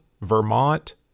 Vermont